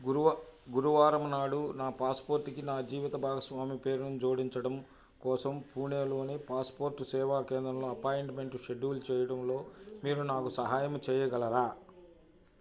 గురువా గురువారం నాడు నా పాస్పోర్ట్కి నా జీవిత భాగస్వామి పేరును జోడించడం కోసం పూణేలోని పాస్పోర్ట్ సేవా కేంద్రంలో అపాయింట్మెంట్ షెడ్యూల్ చేయడంలో మీరు నాకు సహాయం చేయగలరా